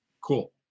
Cool